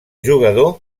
jugador